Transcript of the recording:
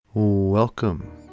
Welcome